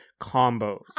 combos